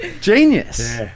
Genius